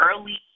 early